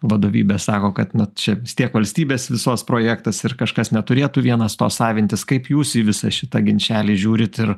vadovybė sako kad nu čia vis tiek valstybės visos projektas ir kažkas neturėtų vienas to savintis kaip jūs į visą šitą ginčelį žiūrit ir